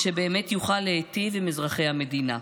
ושבאמת יוכל להיטיב עם אזרחי המדינה.